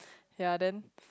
ya then